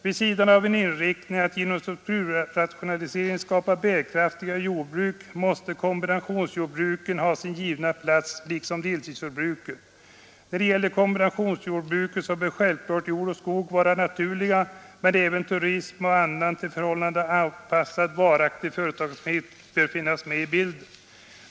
Vid sidan av en inriktning på att genom politiska stödverkstrukturrationalisering skapa bärkraftiga jordbruk måste kombinationssamheten m.m. jordbruken ha sin givna plats, liksom deltidsjordbruken. När det gäller kombinationsjordbruken bör självfallet kombinationen jord och skog vara naturlig, men även turism och annan till förhållandena anpassad varaktig företagsamhet bör finnas med i bilden.